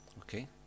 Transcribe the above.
Okay